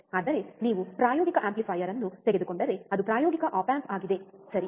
ಆದರೆ ನೀವು ಪ್ರಾಯೋಗಿಕ ಆಂಪ್ಲಿಫೈಯರ್ ಅನ್ನು ತೆಗೆದುಕೊಂಡರೆ ಅದು ಪ್ರಾಯೋಗಿಕ ಆಪ್ ಆಂಪ್ ಆಗಿದೆ ಸರಿ